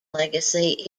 legacy